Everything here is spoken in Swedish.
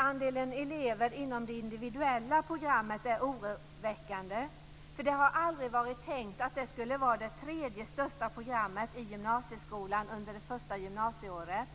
Andelen elever inom det individuella programmet är oroväckande. Det har aldrig varit tänkt att det skall vara det tredje största programmet i gymnasieskolan under det första gymnasieåret.